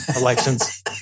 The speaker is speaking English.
elections